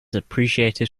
appreciated